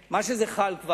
מה שזה כבר חל,